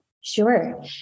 Sure